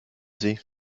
sie